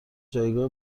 جایگاه